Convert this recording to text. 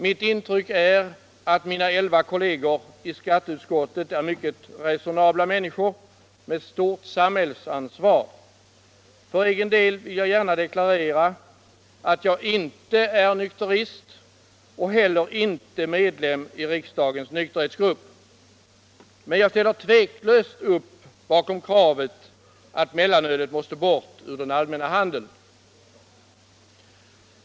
Mitt intryck är, att mina elva kolleger i skatteutskottet är mycket resonabla människor med stort samhällsansvar. För egen del vill jag deklarera att jag inte är nykterist och heller inte medlem i riksdagens nykterhetsgrupp. Men jag ställer tveklöst upp bakom kravet att mellanölet måste bort ur den allmänna handeln.